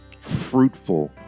fruitful